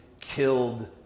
killed